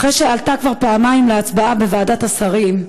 אחרי שעלתה כבר פעמיים להצבעה בוועדת השרים,